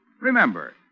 Remember